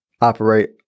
operate